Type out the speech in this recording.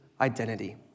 identity